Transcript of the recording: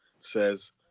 says